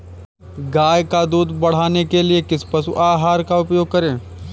गाय का दूध बढ़ाने के लिए किस पशु आहार का उपयोग करें?